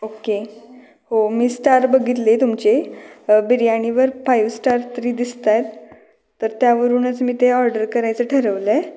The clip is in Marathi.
ओके हो मी स्टार बघितले तुमचे बिर्याणीवर फाईव्ह स्टार थ्री दिसत आहेत तर त्यावरूनच मी ते ऑर्डर करायचं ठरवलं आहे